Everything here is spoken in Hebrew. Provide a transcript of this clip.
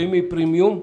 "פמי-פרימיום",